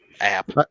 app